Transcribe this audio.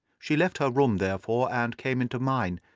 she left her room, therefore, and came into mine,